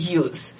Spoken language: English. use